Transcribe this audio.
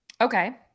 Okay